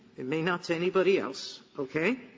it may not to anybody else, okay,